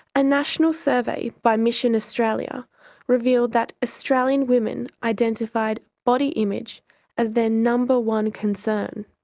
a national survey by mission australia revealed that australian women identified body image as their number one concern.